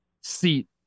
seat